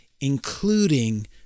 including